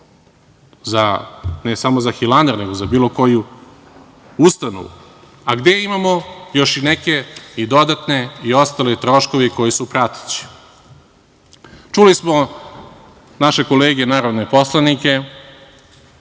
ne samo za Hilandar, nego za bilo koju ustanovu, a gde imamo još neke dodatne troškove koji su prateći. Čuli smo od naših kolega narodnih poslanika